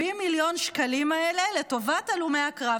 מיליון שקלים האלה לטובת הלומי הקרב?